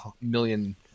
million